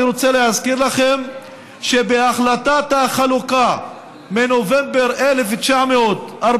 אני רוצה להזכיר לכם שבהחלטת החלוקה מנובמבר 1947,